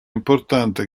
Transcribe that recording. importante